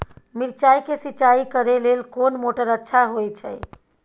मिर्चाय के सिंचाई करे लेल कोन मोटर अच्छा होय छै?